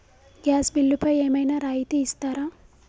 Gas బిల్లుపై ఏమైనా రాయితీ ఇస్తారా?